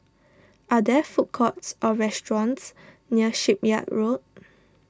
are there food courts or restaurants near Shipyard Road